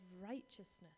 righteousness